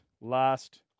last